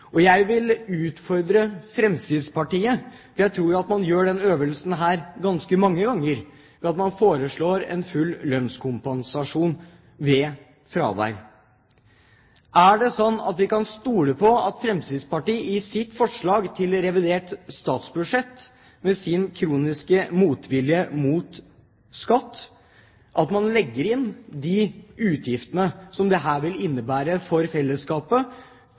Jeg vil utfordre Fremskrittspartiet – for jeg tror at man gjør denne øvelsen ganske mange ganger ved at man foreslår en full lønnskompensasjon ved fravær. Er det slik at man kan stole på at Fremskrittspartiet, med sin kroniske motvilje mot skatt, i sitt forslag til revidert statsbudsjett legger inn de utgiftene som dette vil innebære for fellesskapet